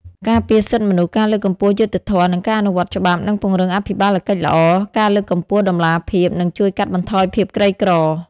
ការពារសិទ្ធិមនុស្ស ការលើកកម្ពស់យុត្តិធម៌ និងការអនុវត្តច្បាប់ និងពង្រឹងអភិបាលកិច្ចល្អ ការលើកកម្ពស់តម្លាភាព និងជួយកាត់បន្ថយភាពក្រីក្រ។